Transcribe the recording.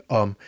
om